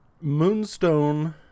Moonstone